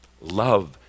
Love